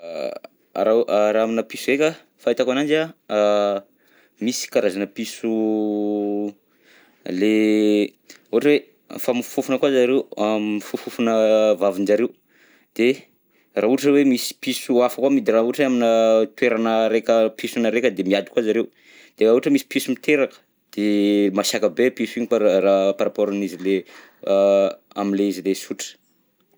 Raha ô raha aminà piso ndreka an, fahitako ananjy an, a misy karazana piso le ohatra hoe mifamofofofona koa zareo, a- mifofofofona vavinjareo, de raha ohatra hoe misy piso hafa koa amidy raha ohatra hoe aminà toerana raika piso na raika de miady koa zareo, de raha ohatra hoe piso miteraka de masiaka be piso iny par rapport am'le izy le, a- am'le izy le sotra.